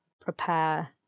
prepare